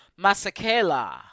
Masakela